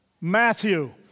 Matthew